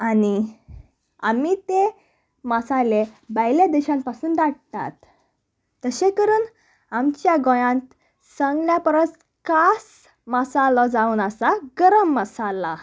आनी आमी ते मसाले बायले देशान पासून धाडटात तशें करून आमच्या गोंयांत सगल्या परस खास मसालो जावन आसा गरम मसाला